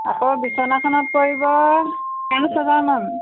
আকৌ বিছনাখনত পৰিব হাজাৰমান